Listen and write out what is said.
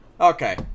Okay